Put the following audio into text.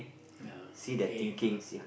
ya aim lah